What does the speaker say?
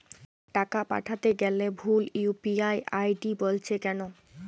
টাকা পাঠাতে গেলে ভুল ইউ.পি.আই আই.ডি বলছে কেনো?